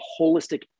holistic